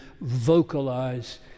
vocalize